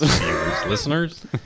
listeners